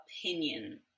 opinion